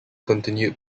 continued